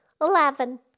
Eleven